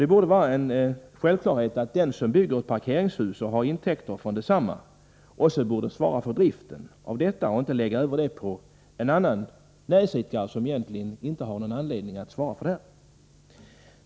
Det borde vara en självklarhet att den som bygger ett parkeringshus och har intäkter från detsamma också borde svara för driften av detta och inte lägga över en del av den på en annan näringsidkare, som egentligen inte har någon anledning att svara för de kostnader det gäller.